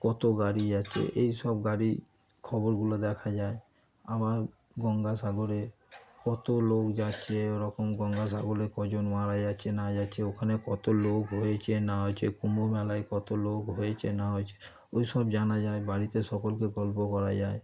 কত গাড়ি যাচ্ছে এই সব গাড়ি খবরগুলো দেখা যায় আবার গঙ্গাসাগরে কত লোক যাচ্ছে ওরকম গঙ্গাসাগরে কজন মারা যাচ্ছে না যাচ্ছে ওখানে কত লোক হয়েছে না হয়েছে কুম্ভ মেলায় কত লোক হয়েছে না হয়েছে ওই সব জানা যায় বাড়িতে সকলকে গল্প করা যায়